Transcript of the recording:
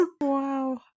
Wow